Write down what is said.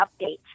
update